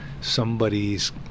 somebody's